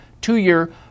two-year